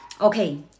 Okay